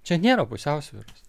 čia nėra pusiausvyros